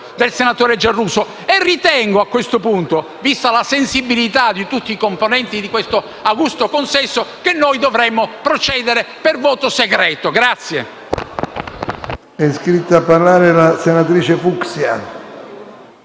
del senatore Giarrusso. E ritengo a questo punto, vista la sensibilità di tutti i componenti di questo augusto consesso, che dovremmo procedere per voto segreto.